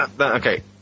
okay